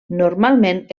normalment